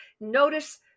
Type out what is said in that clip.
Notice